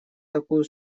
такую